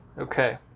Okay